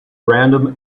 random